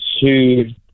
sued